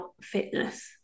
fitness